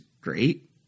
great